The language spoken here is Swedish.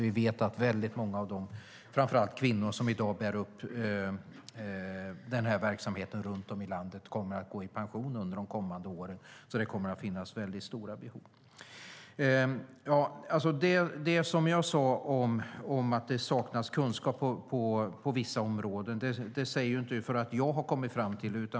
Vi vet att väldigt många av de framför allt kvinnor som i dag bär upp den här verksamheten runt om i landet kommer att gå i pension under de kommande åren. Det kommer alltså att finnas stora behov. Det som jag sade om att det saknas kunskap på vissa områden säger jag inte därför att jag har kommit fram till det.